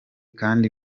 kandi